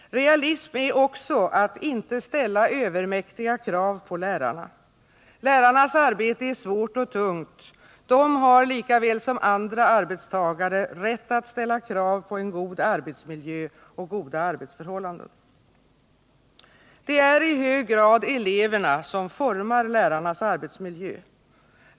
Realism är också att inte ställa övermäktiga krav på lärarna. Lärarnas arbete är svårt och tungt; de har, lika väl som andra arbetstagare, rätt att ställa krav på en god arbetsmiljö och goda arbetsförhållanden. Det är i hög grad eleverna som formar lärarnas arbetsmiljö.